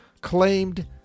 claimed